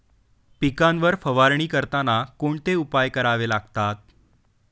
पिकांवर फवारणी करताना कोणते उपाय करावे लागतात?